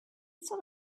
still